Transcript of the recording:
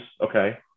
Okay